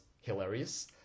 hilarious